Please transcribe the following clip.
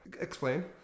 explain